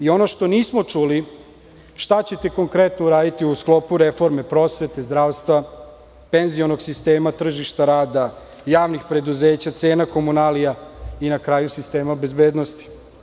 Ono što nismo čuli šta ćete konkretno uraditi u sklopu reforme prosvete, zdravstva, penzionog sistema, tržišta rada, javnih preduzeća, cena komunalija, i na kraju sistema bezbednosti?